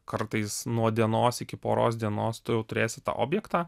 kartais nuo dienos iki poros dienos tu turėsi tą objektą